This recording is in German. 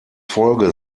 folge